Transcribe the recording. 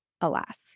Alas